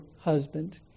husband